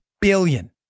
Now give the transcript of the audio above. billion